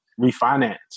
refinance